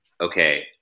Okay